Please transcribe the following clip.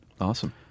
Awesome